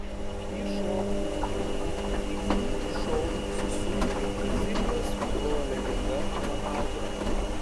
į šokio spalvų ir linksmybių šou įsisuko ir brazilijos futbolo legenda ronaldo